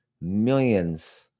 millions